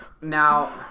Now